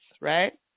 right